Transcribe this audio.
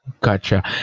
Gotcha